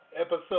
Episode